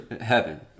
heaven